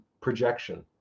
projection